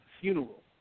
funeral